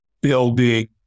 building